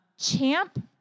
Champ